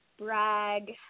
brag